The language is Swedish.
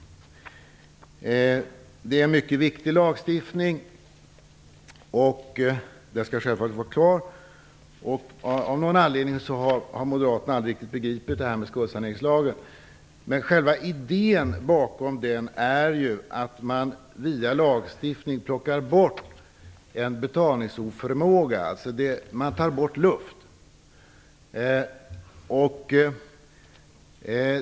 Det är en mycket viktig lagstiftning. Den skall självfallet vara klar. Av någon anledning har moderaterna aldrig riktigt begripit det här med skuldsaneringslagen. Själva idén bakom den är ju att man via lagstiftning plockar bort en betalningsoförmåga. Man tar bort luft.